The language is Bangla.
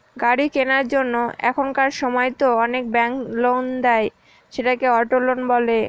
গাড়ি কেনার জন্য এখনকার সময়তো অনেক ব্যাঙ্ক লোন দেয়, সেটাকে অটো লোন বলে